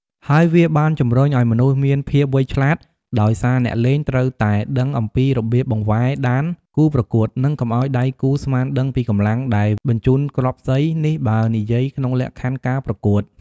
ហើយវាបានជំរុញឱ្យមនុស្សមានភាពវៃឆ្លាត ដោយសារអ្នកលេង ត្រូវតែដឹងអំពីរបៀបបង្វែរដានគូប្រកួត និងកុំឱ្យដៃគូស្មានដឹងពីកម្លាំងដែលបញ្ជូនគ្រាប់សី នេះបើនិយាយក្នុងលក្ខខណ្ឌការប្រកួត។